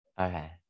Okay